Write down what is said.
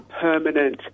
permanent